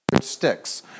sticks